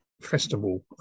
festival